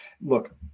Look